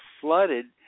flooded